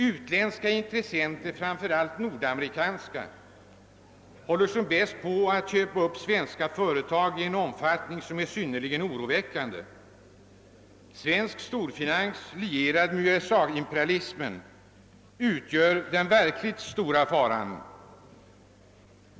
Utländska intressenter — framför allt nordamerikanska — håller som bäst på att köpa upp svenska företag i en omfattning som är synnerligen oroväckande. Svensk storfinans, lierad med USA-imperialismen, utgör den verkligt stora faran.